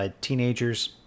teenager's